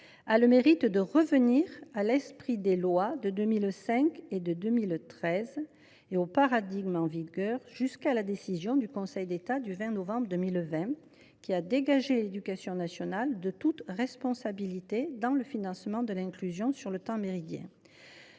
a le mérite de revenir à l’esprit des lois de 2005 et de 2013, ainsi qu’au paradigme qui était en vigueur jusqu’à la décision du Conseil d’État du 20 novembre 2020. Cette décision, qui a dégagé l’éducation nationale de toute responsabilité dans le financement de l’inclusion sur le temps méridien,